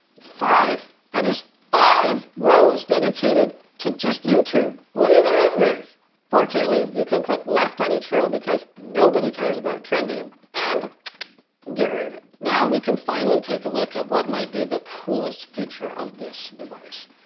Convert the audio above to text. five. that is five rows dedicated to just youtube. what even is this? fortunately, you can click left on each row because nobody cares about trending and get rid of it. now we can finally take a look at what might be the coolest feature of this device.